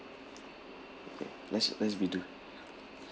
okay let's let's redo